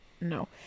No